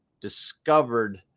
discovered